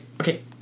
okay